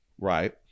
Right